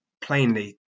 plainly